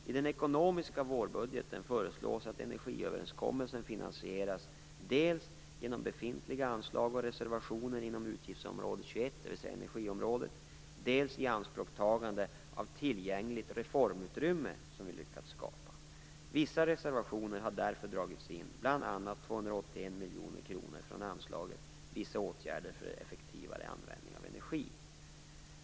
I den ekonomiska vårpropositionen föreslås att energiöverenskommelsen finansieras genom dels befintliga anslag och reservationer inom Utgiftsområde 21 , dels ianspråktagande av tillgängligt reformutrymme som vi lyckats skapa. Vissa reservationer har därför dragits in, bl.a. 281 miljoner kronor från anslaget Vissa åtgärder för effektivare användning av energi.